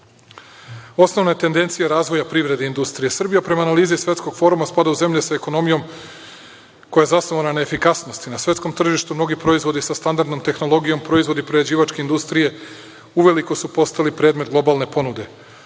je tendencija razvoja privrede industrije Srbije, a prema analizi Svetskog foruma spada u zemlje sa ekonomijom koja je zasnovana na efikasnosti. Na svetskom tržištu mnogi proizvodi sa standardnom tehnologijom proizvodi prerađivačke industrije uveliko su postali predmet globalne ponude.